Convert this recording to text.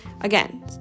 Again